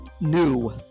New